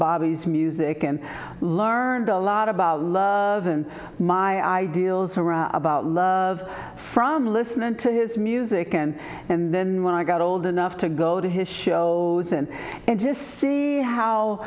bobby's music and learned a lot about my ideals around about of from listening to his music and and then when i got old enough to go to his shows and just see how